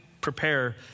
prepare